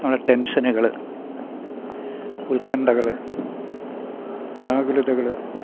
നമ്മുടെ ടെൻഷനുകൾ ഉത്കണ്ഠകൾ ആകുലതകള്